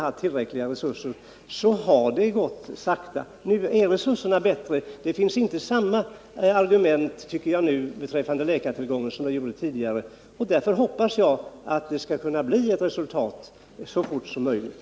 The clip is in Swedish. Nu är emellertid resurserna bättre, och jag tycker därför att det inte längre finns samma argument som tidigare beträffande läkartillgången. Därför hoppas jag att det skall bli ett resultat snarast möjligt.